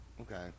Okay